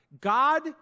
God